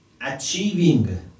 achieving